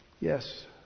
Yes